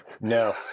No